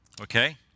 Okay